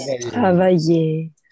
travailler